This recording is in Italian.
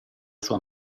sua